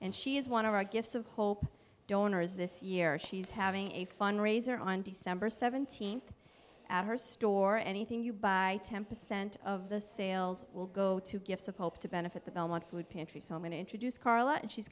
and she is one of our gifts of hope donors this year she's having a fundraiser on december seventeenth at her store anything you buy ten percent of the sales will go to gifts a pope to benefit the belmont food pantries home and introduce car lot and she's